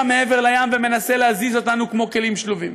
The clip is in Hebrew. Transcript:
מעבר לים ומנסה להזיז אותנו כמו כלים שלובים.